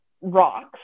rocks